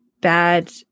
bad